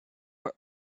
were